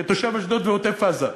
כתושב אשדוד ועוטף-עזה,